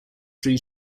three